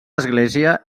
església